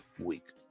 week